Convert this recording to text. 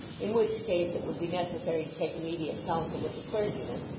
in which case it would be necessary to take immediate counsel with the clergyman,